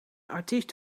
artiest